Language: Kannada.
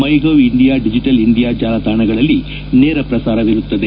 ಮೈ ಗೌ ಇಂಡಿಯಾ ಡಿಜೆಟಲ್ ಇಂಡಿಯಾ ಜಾಲತಾಣಗಳಲ್ಲಿ ನೇರ ಪ್ರಸಾರವಿರುತ್ತದೆ